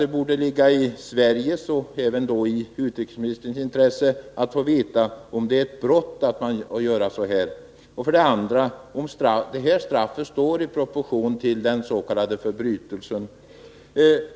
Det borde ligga i Sveriges och därmed i utrikesministerns intresse att få veta om detta är ett brott och om det utdömda straffet står i proportion till den s.k. förbrytelsen.